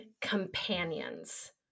companions